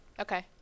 Okay